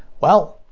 well,